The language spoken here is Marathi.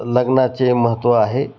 लग्नाचे महत्त्व आहे